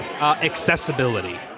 accessibility